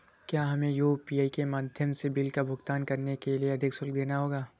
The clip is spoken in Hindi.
क्या हमें यू.पी.आई के माध्यम से बिल का भुगतान करने के लिए अधिक शुल्क देना होगा?